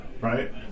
right